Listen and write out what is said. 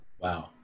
Wow